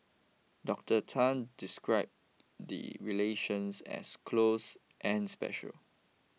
Doctor Tan describe the relations as close and special